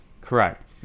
Correct